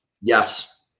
Yes